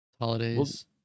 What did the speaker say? holidays